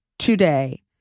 today